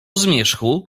zmierzchu